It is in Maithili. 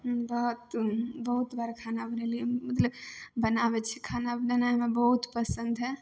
बहुत बहुत बार खाना बनेलिए मतलब बनाबै छी खाना बनेनाइ हमरा बहुत पसन्द हइ